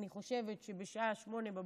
ואני חושבת שבשעה 08:00,